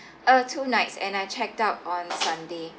uh two nights and I checked out on sunday